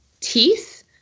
teeth